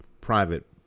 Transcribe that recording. private